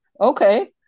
okay